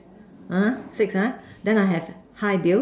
ah six ah six and then have the high Bill